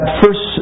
first